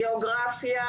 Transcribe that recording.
גיאוגרפיה